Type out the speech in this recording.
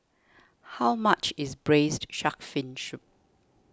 how much is Braised Shark Fin Soup